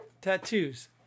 Tattoos